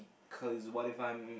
cause what if I'm